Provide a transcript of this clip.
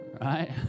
Right